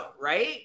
right